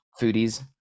foodies